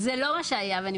זה לא מה שהיה ונמחק.